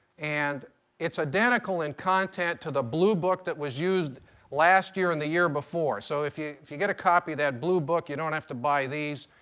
and it's identical in content to the blue book that was used last year and the year before. so if you if you get a copy of that blue book, you don't have to buy these.